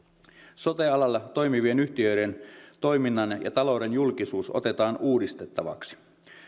sote alalla toimivien yhtiöiden toiminnan ja talouden julkisuus otetaan uudistettavaksi